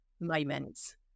moments